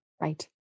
Right